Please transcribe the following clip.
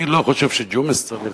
אני לא חושב שג'ומס צריך,